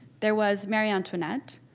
there was marie antoinette,